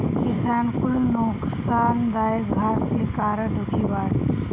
किसान कुल नोकसानदायक घास के कारण दुखी बाड़